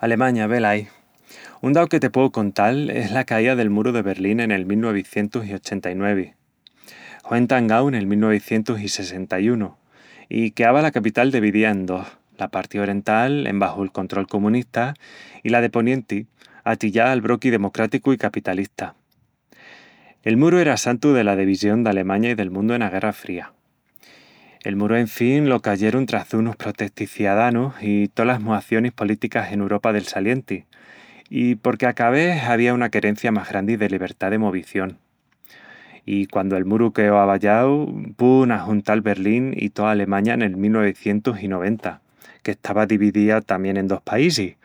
Alemaña, velaí! Un dau que te pueu contal es la caía del Muru de Berlín en el mil nuevicientus i ochenta-i-nuevi. Hue entangau nel mil nuevicientus i sessenta-i-unu.i queava la capital devidía en dos, la parti orental, enbaxu'l control comunista, i la de ponienti, atillá al broqui democráticu i capitalista. El Muru era santu dela devisión d'Alemaña i del mundu ena Guerra Fría. El muru en fin lo cayerun tras dunus protestis ciadanus i tolas muacionis políticas en Uropa del Salienti i porque a ca ves avía una querencia más grandi de libertá de movición. I quandu el muru queó aballau, púun ajuntal Berlín i toa Alemaña nel mil nuevicientus i noventa, qu'estava devidía tamién en dos paísis: